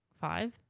five